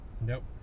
nope